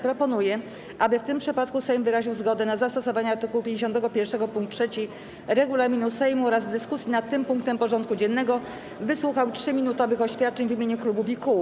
Proponuję, aby w tym przypadku Sejm wyraził zgodę na zastosowanie art. 51 pkt 3 regulaminu Sejmu oraz w dyskusji nad tym punktem porządku dziennego wysłuchał 3-minutowych oświadczeń w imieniu klubów i kół.